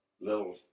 little